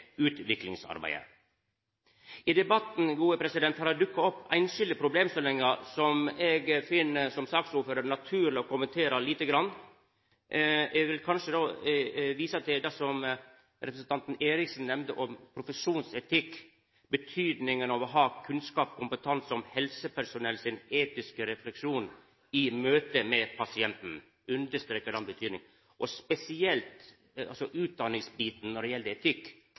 dukka opp einskilde problemstillingar som eg som saksordførar finn det naturleg å kommentera. Eg vil visa til det som representanten Eriksen nemnde om profesjonsetikk, om betydninga av å ha kunnskap, kompetanse, om helsepersonell sin etiske refleksjon i møte med pasienten – eg understrekar betydninga når det gjeld etikk i utdanninga og spesielt